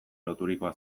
loturikoa